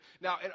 Now